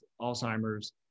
Alzheimer's